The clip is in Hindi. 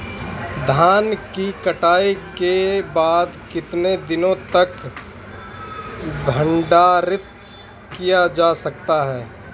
धान की कटाई के बाद कितने दिनों तक भंडारित किया जा सकता है?